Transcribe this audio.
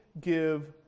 give